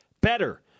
Better